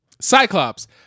Cyclops